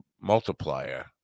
multiplier